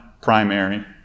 primary